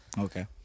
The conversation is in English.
Okay